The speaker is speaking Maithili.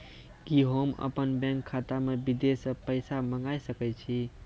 कि होम अपन बैंक खाता मे विदेश से पैसा मंगाय सकै छी?